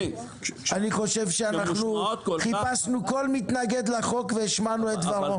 אני חושב שחיפשנו כל מתנגד לחוק והשמענו את דברו.